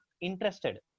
interested